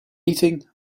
eating